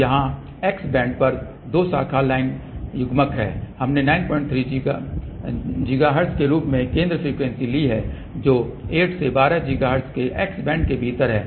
तो यहाँ x band पर एक दो शाखा लाइन युग्मक है हमने 93 GHz के रूप में केंद्र फ्रीक्वेंसी ली है जो 8 से 12 GHz के x बैंड के भीतर है